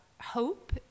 hope